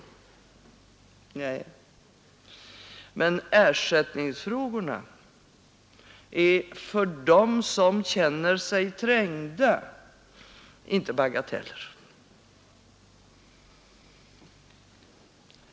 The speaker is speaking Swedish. Nej, men ersättningsfrågorna är för dem som känner sig trängda inte bagateller.